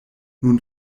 nun